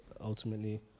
Ultimately